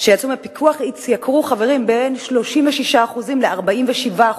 שיצאו מהפיקוח התייקרו, התייקרו בין 36% ל-47%,